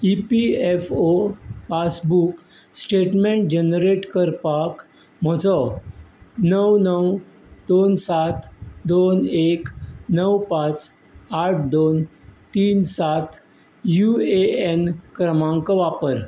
E P F O passbook statement generate करपाक म्हजो णव णव दोन सात दोन एक णव पांच आठ दोन तीन सात यु ए एन क्रमांक वापर